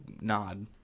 nod